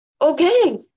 Okay